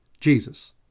Jesus